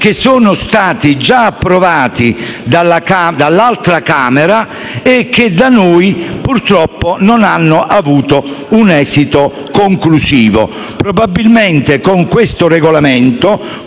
sono stati già approvati dall'altra Camera e purtroppo da noi non hanno avuto un esito conclusivo. Probabilmente, con questo Regolamento,